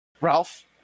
Ralph